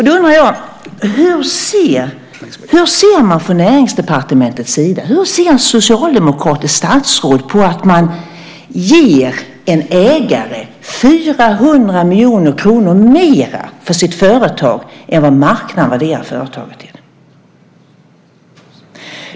Då undrar jag: Hur ser man från Näringsdepartementets sida och hur ser ett socialdemokratiskt statsråd på att man ger en ägare 400 miljoner kronor mer för sitt företag än vad marknaden värderar företaget till?